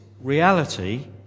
reality